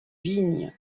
vignes